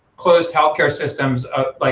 closed healthcare systems of, like,